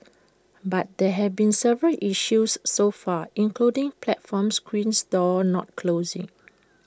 but there have been several issues so far including platform screen doors not closing